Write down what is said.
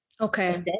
okay